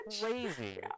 crazy